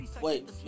wait